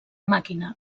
màquina